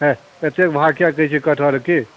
हे एतेक भाव किएक कहै छिए कटहरके